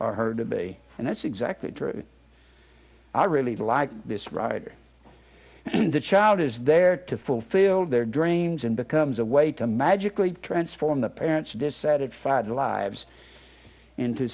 or her to be and that's exactly true i really like this writer the child is there to fulfill their dreams and becomes a way to magically transform the parents decided five lives into